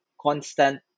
constant